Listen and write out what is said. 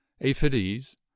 aphides